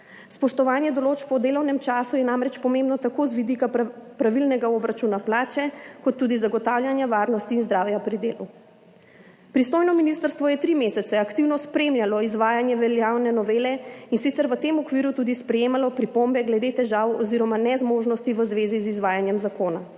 Spoštovanje določb o delovnem času je namreč pomembno tako z vidika pravilnega obračuna plače kot tudi zagotavljanja varnosti in zdravja pri delu. Pristojno ministrstvo je tri mesece aktivno spremljalo izvajanje veljavne novele in v tem okviru tudi sprejemalo pripombe glede težav oziroma nezmožnosti v zvezi z izvajanjem zakona.